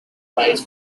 prize